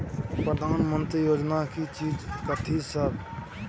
प्रधानमंत्री योजना की चीज कथि सब?